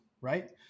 Right